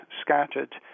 scattered